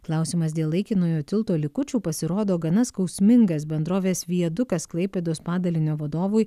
klausimas dėl laikinojo tilto likučių pasirodo gana skausmingas bendrovės viadukas klaipėdos padalinio vadovui